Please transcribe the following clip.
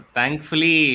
Thankfully